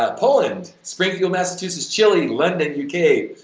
ah poland, springfield massachusetts, chile, london, you know